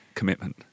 Commitment